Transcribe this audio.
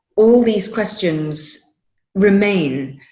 all these questions remain.